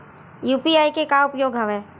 UPI के का उपयोग हवय?